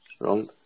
Wrong